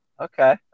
Okay